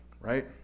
right